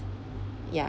ya